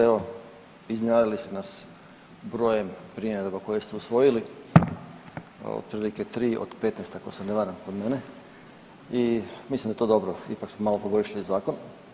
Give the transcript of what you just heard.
Evo iznenadili ste nas brojem primjedaba koje ste usvojili, otprilike tri od 15 ako se ne varam kod mene i mislim da je to dobro, ipak smo malo poboljšali zakon.